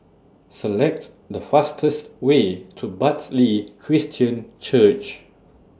Select The fastest Way to Bartley Christian Church